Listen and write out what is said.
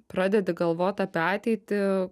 pradedi galvot apie ateitį